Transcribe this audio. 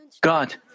God